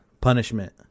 punishment